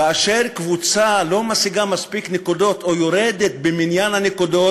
כאשר קבוצה לא משיגה מספיק נקודות או יורדת במניין הנקודות,